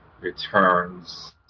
returns